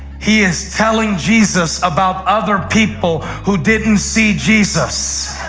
he is telling jesus about other people who didn't see jesus,